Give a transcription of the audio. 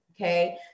okay